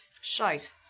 shite